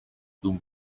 whom